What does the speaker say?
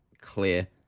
clear